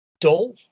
dull